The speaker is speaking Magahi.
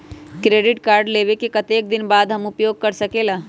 क्रेडिट कार्ड लेबे के कतेक दिन बाद हम उपयोग कर सकेला?